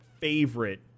favorite